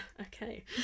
okay